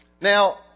Now